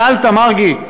מרגי,